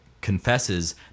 confesses